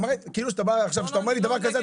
כשאתה אומר לי דבר כזה,